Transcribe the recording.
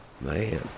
man